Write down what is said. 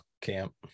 camp